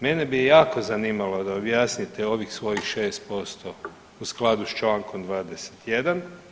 Mene bi jako zanimalo da objasnite ovih svojih 6% u skladu sa člankom 21.